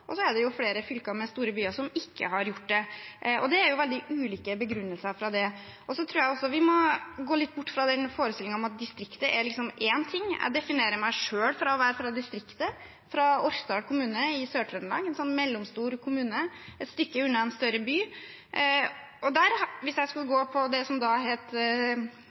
og så er det jo flere fylker med store byer som ikke har gjort det, og det er veldig ulike begrunnelser for det. Jeg tror også vi må gå litt bort fra forestillingen om at «distriktet» er én ting. Jeg definerer meg selv for å være fra distriktet, fra Orkdal kommune i Sør-Trøndelag, en mellomstor kommune et stykke unna en større by. Hvis jeg skulle gå på det som da het